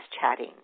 chatting